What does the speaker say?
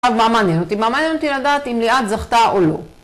‫אז מה מעניין אותי? ‫מעניין אותי לדעת ‫אם ליעד זכתה או לא.